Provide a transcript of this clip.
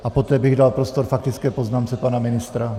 A poté bych dal prostor faktické poznámce pana ministra.